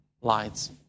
lights